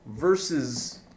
versus